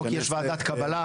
או כי יש ועדת קבלה,